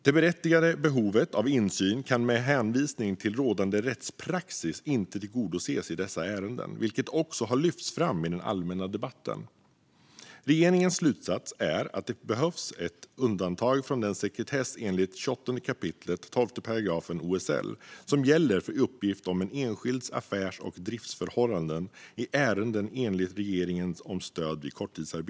Det berättigade behovet av insyn kan med hänvisning till rådande rättspraxis inte tillgodoses i dessa ärenden, vilket också har lyfts fram i den allmänna debatten. Regeringens slutsats är att det behövs ett undantag från den sekretess enligt 28 kap. 12 § OSL som gäller för uppgift om en enskilds affärs och driftförhållanden i ärenden enligt regleringen om stöd vid korttidsarbete.